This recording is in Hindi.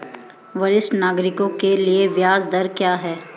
वरिष्ठ नागरिकों के लिए ब्याज दर क्या हैं?